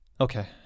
Okay